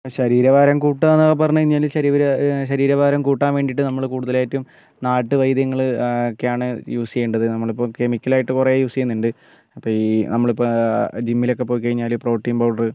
ശരീരഭാരം കൂട്ടാന്നൊക്കെ പറഞ്ഞുകഴിഞ്ഞാൽ ശരീരം ശരീരഭാരം കൂട്ടാൻ വേണ്ടിട്ടു നമ്മൾ കൂടുതലായിട്ടും നാട്ടു വൈദ്യങ്ങൾ ഒക്കെയാണ് യൂസ് ചെയ്യേണ്ടത് നമ്മളിപ്പോൾ കെമിക്കലായിട്ട് കുറെ യൂസ് ചെയ്യുന്നുണ്ട് അപ്പോൾ ഈ നമ്മളിപ്പം ജിമ്മിലോക്കെ പോയിക്കഴിഞ്ഞാൽ പ്രോട്ടീൻ പൗഡർ